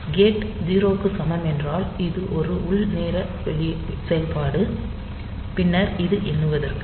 gate 0 க்கு சமம் என்றால் இது ஒரு உள் நேர செயல்பாடு பின்னர் இது எண்ணுவதற்கு